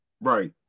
right